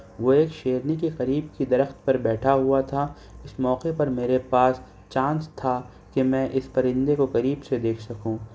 وہ ایک شیرنی کے قریب کے درخت پر بیٹھا ہوا تھا اس موقع پر میرے پاس چانس تھا کہ میں اس پرندے کو قریب سے دیکھ سکوں